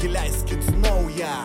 įleiskit naują